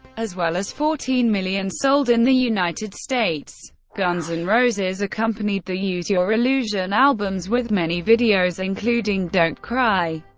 as well as fourteen million sold in the united states. guns n' and roses accompanied the use your illusion albums with many videos, including don't cry,